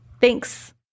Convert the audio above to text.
thanks